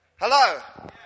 hello